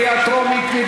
בקריאה טרומית.